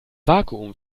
vakuum